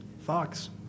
Fox